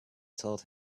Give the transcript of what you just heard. told